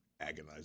agonizing